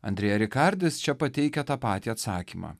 andrėja rikardis čia pateikia tą patį atsakymą